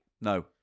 No